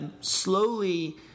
slowly